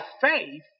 faith